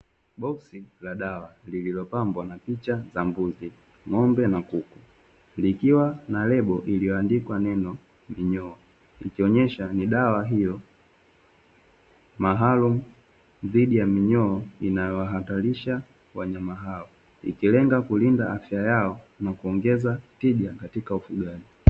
Boksi la dawa lililopambwa napicha ya: mbuzi, ng'ombe na kuku. Likiwa na lebo iliyoandikwa neno minyoo, likionyesha ni dawa hiyo maalumu dhidi ya minyoo inayowahatarisha wanyama hao; ikilenga kulinda afya yao na kuongeza tija katika ufugaji.